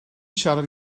siarad